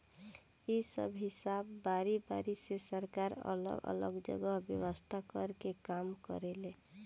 इ सब हिसाब बारी बारी से सरकार अलग अलग जगह व्यवस्था कर के काम करेले